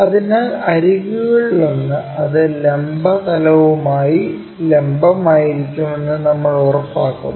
അതിനാൽ അരികുകളിലൊന്ന് അത് ലംബ തലവുമായി ലംബമായിരിക്കുമെന്ന് നമ്മൾ ഉറപ്പാക്കുന്നു